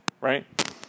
right